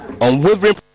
unwavering